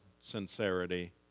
sincerity